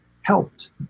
helped